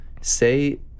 say